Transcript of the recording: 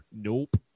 Nope